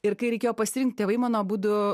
ir kai reikėjo pasirinkt tėvai mano abudu